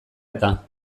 eta